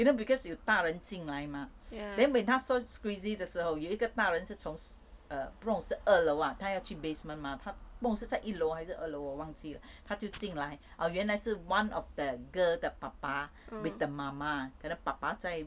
you know because 有大人进来 mah then when 他说 squeezy 的时候有一个大人是从 err 不懂是二楼 ah 他要去 basement mah 不懂他在一楼还是二楼我忘记了他就进来 orh 原来是 one of the girl 的 papa with the mama papa 在